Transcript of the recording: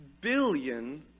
billion